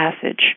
passage